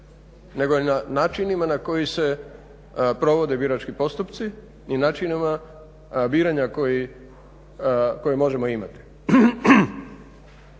nego i na načinima na koji se provode birački postupci i načinima biranja koje možemo imati.